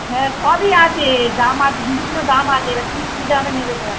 হ্যাঁ সবই আছে দাম আছে বিভিন্ন দাম আছে এবার তুমি কী দামে নেবে